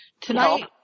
Tonight